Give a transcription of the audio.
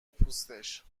پوستش